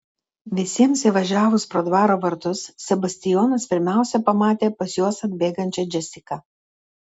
visiems įvažiavus pro dvaro vartus sebastijonas pirmiausia pamatė pas juos atbėgančią džesiką